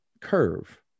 curve